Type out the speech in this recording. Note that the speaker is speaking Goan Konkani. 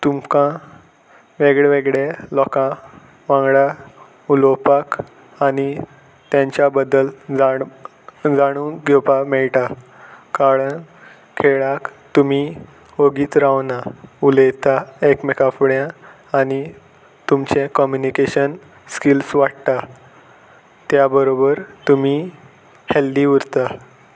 तुमकां वेगळे वेगळे लोकां वांगडा उलोवपाक आनी तेंच्या बद्दल जाण जाणूंक घेवपाक मेळटा कळण खेळाक तुमी ओगीच रावना उलयता एकमेका फुडें आनी तुमचें कम्युनिकेशन स्किल्स वाडटा त्या बरोबर तुमी हल्दी उरता